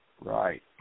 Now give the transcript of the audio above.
right